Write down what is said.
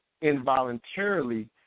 involuntarily